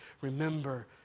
remember